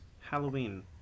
Halloween